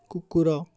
କୁକୁର